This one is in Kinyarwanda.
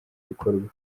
bikorwa